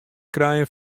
krijen